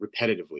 repetitively